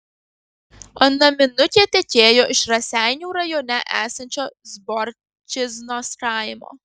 o naminukė tekėjo iš raseinių rajone esančio zborčiznos kaimo